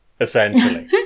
essentially